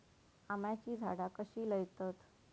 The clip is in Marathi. आम्याची झाडा कशी लयतत?